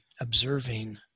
observing